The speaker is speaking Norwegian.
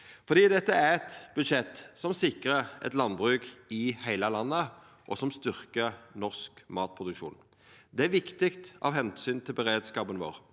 dette er eit budsjett som sikrar eit landbruk i heile landet, og som styrkjer norsk matproduksjon. Det er viktig av omsyn til beredskapen vår.